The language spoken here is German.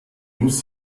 muss